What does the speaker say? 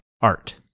art